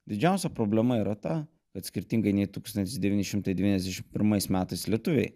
didžiausia problema yra ta kad skirtingai nei tūkstantis devyni šimtai devyniasdešim pirmais metais lietuviai